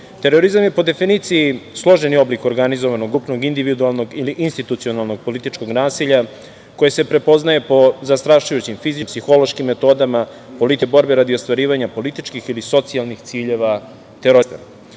fenomen. Terorizam je po definiciji složeni oblik organizovanog, grupnog, individualnog ili institucionalnog političkog nasilja koji se prepoznaje po zastrašujućim fizičkim, psihološkim metodama, političke borbe radi ostvarivanja političkih ili socijalnih ciljeva terorista. Upravo